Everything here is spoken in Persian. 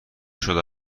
شده